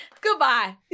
Goodbye